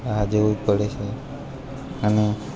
આજેવું પડે છે અને